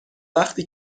وقتی